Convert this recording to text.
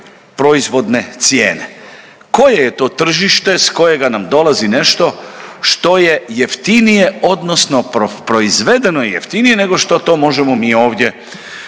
proizvodne cijene. Koje je to tržište s kojega nam dolazi nešto što je jeftinije odnosno proizvedeno jeftinije nego što to možemo mi ovdje